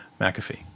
McAfee